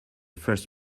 first